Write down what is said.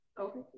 Okay